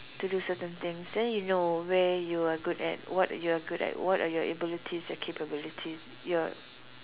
to do certain things then you know where you are good at what you are good at what are your abilities and capabilities you are